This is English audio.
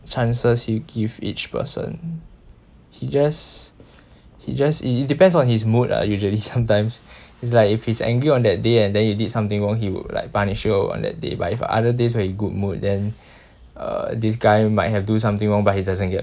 chances you give each person he just he just it depends on his mood lah usually sometimes it's like if he's angry on that day and then you did something wrong he would like punish you on that day but if other days he's very good mood then uh this guy might have do something wrong but he doesn't get